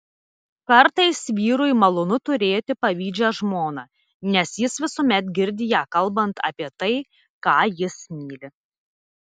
kartais vyrui malonu turėti pavydžią žmoną nes jis visuomet girdi ją kalbant apie tai ką jis myli